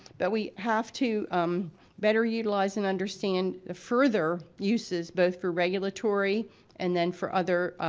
but we have to better utilize and understand the further uses both for regulatory and then for other